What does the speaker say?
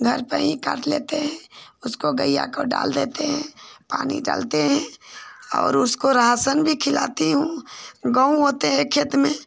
घर पर ही काट लेते हैं उसको गैया को डाल देते हैं पानी भी डालते हैं और उसको राशन भी खिलाती हूँ गेहूँ होते हैं खेत में